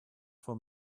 for